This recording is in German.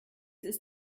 ist